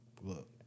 Look